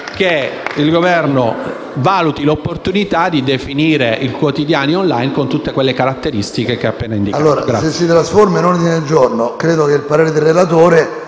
che il Governo valuti l'opportunità di definire i quotidiani *online* con tutte le caratteristiche che ho appena indicato.